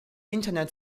internet